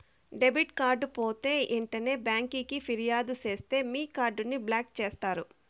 debit card పోతే ఎంటనే బ్యాంకికి ఫిర్యాదు సేస్తే మీ కార్డుని బ్లాక్ చేస్తారు